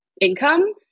income